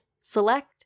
select